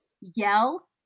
yell